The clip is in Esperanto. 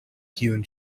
kiun